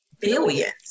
billions